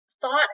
thought